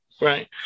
Right